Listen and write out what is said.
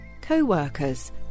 co-workers